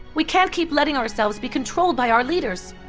we can't keep letting ourselves be controlled by our leaders.